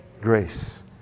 Grace